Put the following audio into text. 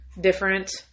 different